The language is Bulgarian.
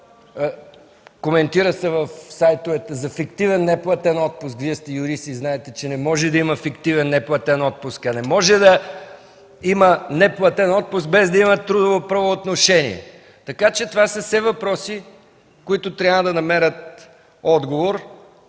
коментира се в сайтовете, фиктивен неплатен отпуск. Вие сте юрист и знаете, че не може да има фиктивен неплатен отпуск, не може да има неплатен отпуск, без да има трудово правоотношение. Това са все въпроси, които трябва да намерят отговор